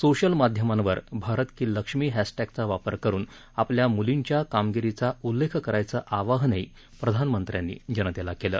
social माध्यमांवर भारत की लक्ष्मी हॅशटॅगचा वापर करून आपल्या मुलींच्या कामगिरीचा उल्लेख करायचं आवाहनही प्रधानमंत्र्यांनी जनतेला केलं